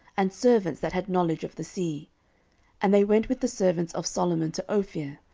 and servants that had knowledge of the sea and they went with the servants of solomon to ophir,